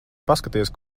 paskaties